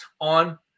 on